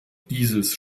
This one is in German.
dieses